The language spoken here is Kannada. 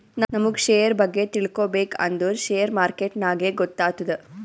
ನಮುಗ್ ಶೇರ್ ಬಗ್ಗೆ ತಿಳ್ಕೋಬೇಕ್ ಅಂದುರ್ ಶೇರ್ ಮಾರ್ಕೆಟ್ನಾಗೆ ಗೊತ್ತಾತ್ತುದ